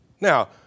Now